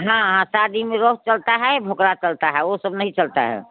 हाँ हाँ शादी में रोहू चलता है भोकड़ा चलता है वह सब नहीं चलता है